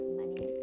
money